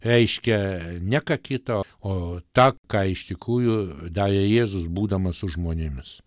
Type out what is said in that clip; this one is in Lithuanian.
reiškia ne ką kitą o tą ką iš tikrųjų darė jėzus būdamas su žmonėmis